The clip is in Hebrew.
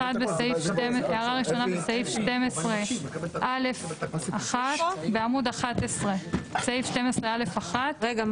הערה ראשונה בסעיף 12(א)(1) בעמוד 11. רגע,